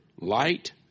light